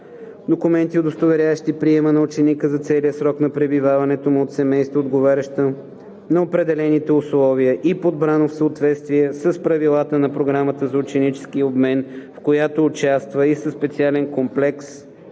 документи, удостоверяващи приема на ученика за целия срок на пребиваването му от семейство, отговарящо на определените условия и подбрано в съответствие с правилата на програмата за ученически обмен, в която участва, или в специален комплекс